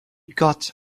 got